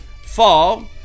fall